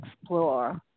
explore